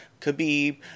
Khabib